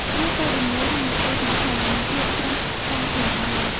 វាក៏តំណាងនៃក្តីសង្ឃឹម និងភាពស្រស់ថ្លាផងដែរ។